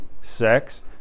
sex